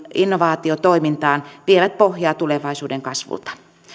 innovaatiotoimintaan vievät pohjaa tulevaisuuden kasvulta